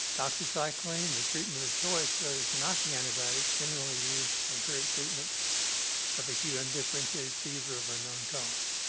doxycycline, the treatment of choice is not the antibiotic generally used for empiric treatment of acute undifferentiated fever of unknown cause.